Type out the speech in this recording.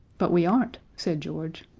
but we aren't, said george.